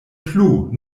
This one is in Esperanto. plu